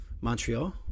Montreal